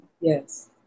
Yes